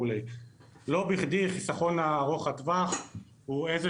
לא בכדי החיסכון ארוך הטווח הוא איזה